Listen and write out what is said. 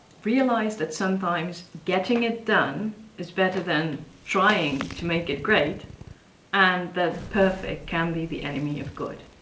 realise that sometimes getting it done is better than trying to make it great and that perfect can be the enemy of good.